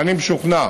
אני משוכנע